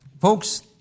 folks